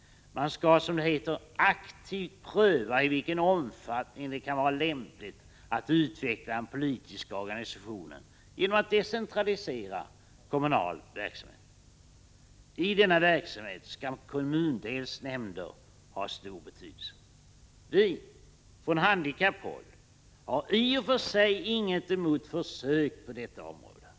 Man skall som det heter ”aktivt pröva i vilken omfattning det kan vara lämpligt att utveckla den politiska organisationen genom att decentralisera kommunal verksamhet”. I denna verksamhet skall kommundelsnämnder ha stor betydelse. Vi — från handikapphåll — har i och för sig inget emot försök på detta område.